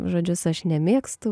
žodžius aš nemėgstu